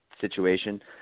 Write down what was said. situation